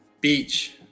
beach